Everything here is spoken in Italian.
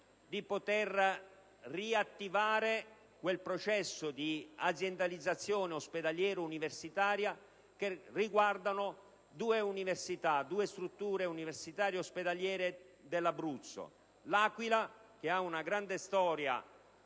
di poter riattivare quel processo di aziendalizzazione ospedaliera universitaria che riguarda due strutture universitarie ospedaliere dell'Abruzzo: L'Aquila, che ha una grande storia